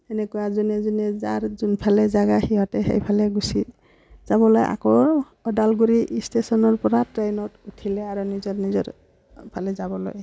সেনেকুৱা যোনে যোনে যাৰ যোনফালে জেগা সিহঁতে সেইফালে গৈছে যাবলৈ আকৌ ওদালগুৰিৰ ষ্টেচনৰপৰা ট্ৰেইনত উঠিলে আৰু নিজৰ নিজৰফালে যাবলৈ